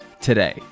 today